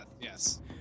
yes